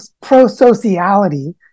pro-sociality